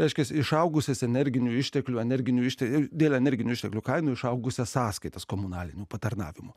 reiškia išaugusias energinių išteklių energinių išteklių dėl energinių išteklių kainų išaugusias sąskaitas komunalinių patarnavimų